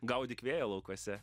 gaudyk vėją laukuose